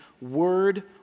word